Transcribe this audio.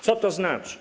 Co to znaczy?